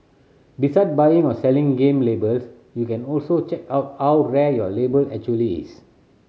beside buying or selling game labels you can also check out how rare your label actually is